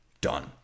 done